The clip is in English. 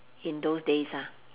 in those days ah